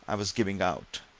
i was giving out,